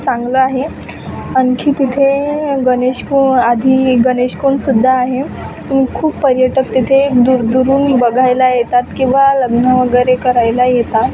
चांगलं आहे आणखी तिथे गणेश को आधी गणेशकोंड सुद्धा आहे खूप पर्यटक तिथे दूरदूरहून बघायला येतात किवा लग्न वगैरे करायला येतात